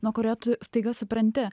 nuo kurio tu staiga supranti